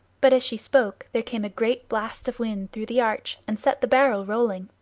but as she spoke there came a great blast of wind through the arch, and set the barrel rolling.